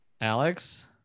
Alex